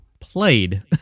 played